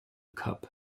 cup